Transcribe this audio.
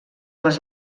les